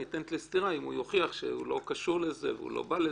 היא ניתנת לסתירה אם הוא יוכיח שהוא לא קשור לזה והוא לא בא לזה,